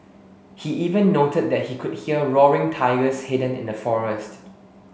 he even noted that he could hear roaring tigers hidden in the forest